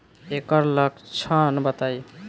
एकर लक्षण बताई?